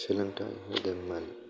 सोलोंथाइ होगोन होननानै